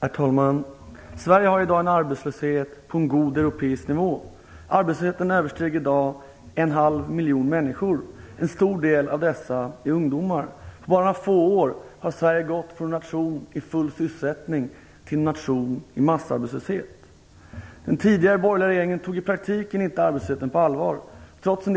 Herr talman! Sverige har i dag en arbetslöshet som på en god europeisk nivå. Arbetslösheten omfattar i dag mer en halv miljon människor, en stor del av dessa är ungdomar. På några få år har Sverige gått från en nation i full sysselsättning till en nation i massarbetslöshet. Den tidigare borgerliga regeringen tog i praktiken inte arbetslösheten på allvar. Trots en